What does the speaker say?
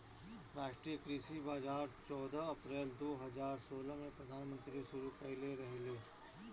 राष्ट्रीय कृषि बाजार चौदह अप्रैल दो हज़ार सोलह में प्रधानमंत्री शुरू कईले रहले